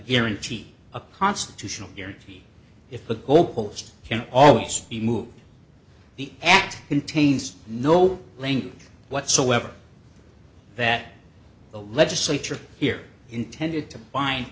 guarantee a constitutional guarantee if the goalposts can always be moved the act contains no link whatsoever that the legislature here intended to bind